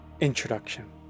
Introduction